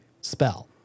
spell